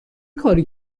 کاری